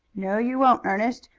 no, you won't, ernest.